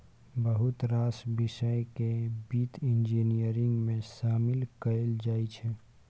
बहुत रास बिषय केँ बित्त इंजीनियरिंग मे शामिल कएल जाइ छै